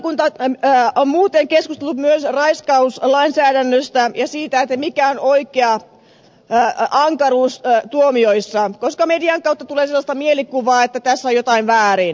lakivaliokunta on muuten keskustellut myös raiskauslainsäädännöstä ja siitä mikä on oikea ankaruus tuomioissa koska median kautta tulee sellaista mielikuvaa että tässä on jotain väärin